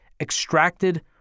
extracted